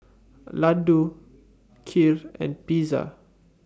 Ladoo Kheer and Pizza